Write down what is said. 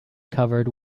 covered